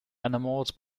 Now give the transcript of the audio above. enamored